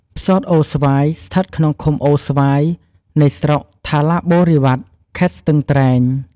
ផ្សោតអូរស្វាយ ស្ថិតក្នុងឃុំអូរស្វាយ នៃស្រុកថាឡាបូរិវ៉ាត ខេត្តស្ទឹងត្រែង។